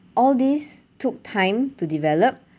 all these took time to develop